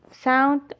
sound